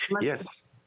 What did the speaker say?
yes